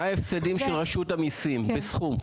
מהם ההפסדים של רשות המסים, בסכומים?